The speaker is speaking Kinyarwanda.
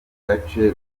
gace